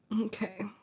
Okay